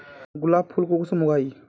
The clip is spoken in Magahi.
गुलाब फुल कुंसम उगाही?